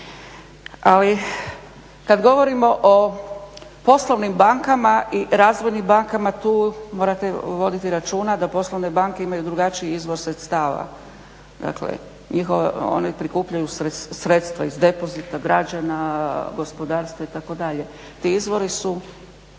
Ali kad govorimo o poslovnim bankama i razvojnim bankama tu morate voditi računa da poslovne banke imaju drugačiji izvoz sredstava, dakle one prikupljaju sredstva iz depozita građana, gospodarstva itd. Ti izvori su